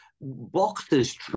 boxers